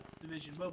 Division